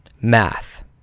math